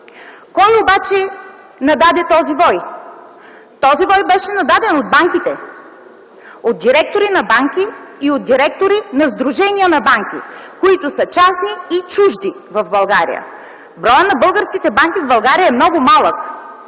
Кой обаче нададе вой? Този вой беше нададен от банките – от директори на банки и от директори на сдружения на банки, които са частни и чужди в България. Броят на българските банки в България е много малък.